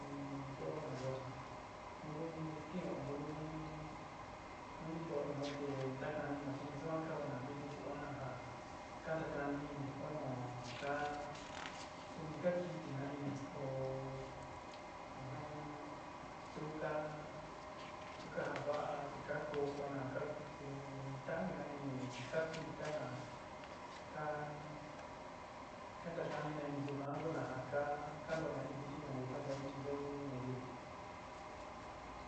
in yo'o na ku ja nu ku niskin'ó nu ku ni nu ni ntoó ñuu te ntakani inio suni suan kan ó na kiti chi oó na já kantakani ini ó nu ka suni ka kitina ini ó tu ka tu ka ja va'á te ka kookona ka kuntávina ini, ka kuita-na, ka kantakani na ini yuká ku na jaa ka kanto'ó na in yiti nu kanto'ó in in yoó ñayivi.